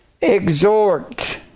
Exhort